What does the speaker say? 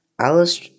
Alice